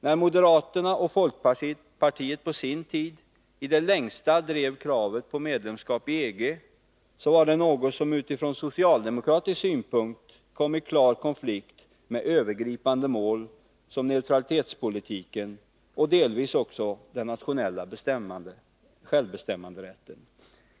När moderaterna och folkpartiet på sin tid i det längsta drev kravet på medlemskap i EG, var det något som från socialdemokratisk synpunkt kom i klar konflikt med övergripande mål som neutralitetspolitiken och delvis också den nationella självbestämmanderätten.